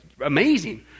amazing